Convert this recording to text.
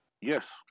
Yes